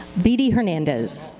vidi hernandez